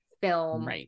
film